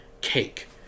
cake